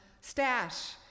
stash